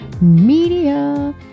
media